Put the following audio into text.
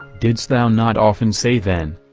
didst thou not often say then,